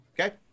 Okay